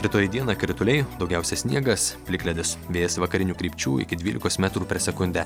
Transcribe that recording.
rytoj dieną krituliai daugiausia sniegas plikledis vėjas vakarinių krypčių iki dvylikos metrų per sekundę